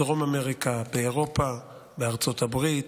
בדרום אמריקה, באירופה, בארצות הברית,